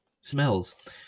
smells